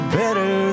better